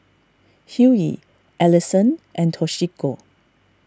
Hughie Allison and Toshiko